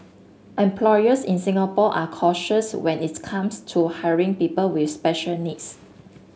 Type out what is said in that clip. employers in Singapore are cautious when its comes to hiring people with special needs